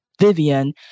Vivian